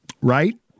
right